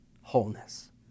wholeness